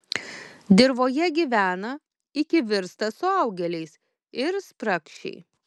dirvoje gyvena iki virsta suaugėliais ir spragšiai